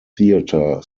theatre